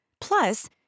Plus